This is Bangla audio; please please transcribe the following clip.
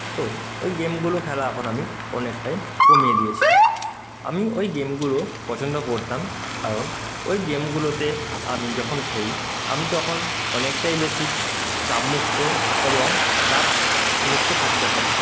তো ওই গেমগুলো খেলা এখন আমি অনেকটাই কমিয়ে দিয়েছি আমি ওই গেমগুলো পছন্দ করতাম কারণ ওই গেমগুলোতে আমি যখন খেলি আমি তখন অনেকটাই বেশি চাপ মুক্ত এবং চাপ মুক্ত থাকতে পারি